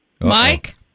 Mike